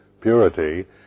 purity